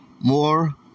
more